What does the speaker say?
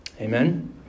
Amen